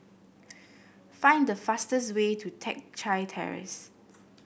find the fastest way to Teck Chye Terrace